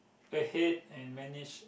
ahead and manage